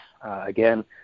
Again